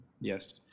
yes